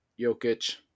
Jokic